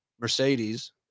Mercedes